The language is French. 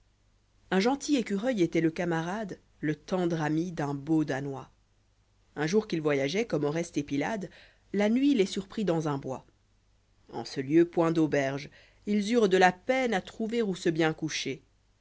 s gentil écureuil étoit le camarade le tendre ami d'un beau danois un jour qu'ils voyageoient comme oreste et pylade là nuit les surprit dans un bois en ce lieu point d'auberge ils eurent de la peine a trouver où se bien coucher